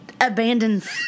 abandoned